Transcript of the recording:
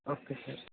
okay sir